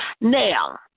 Now